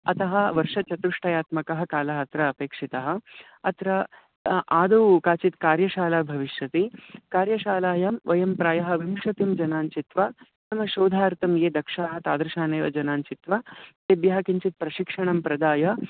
अतः वर्षचतुष्टयात्मकः कालः अत्र अपेक्षितः अत्र आदौ काचित् कार्यशाला भविष्यति कार्यशालायां वयं प्रायः विंशतिः जनान् चित्वा उत्तमशोधार्थं ये दक्षाः तादृशानेव जनान् चित्वा तेभ्यः किञ्चित् प्रशिक्षणं प्रदाय